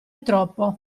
troppo